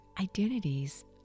identities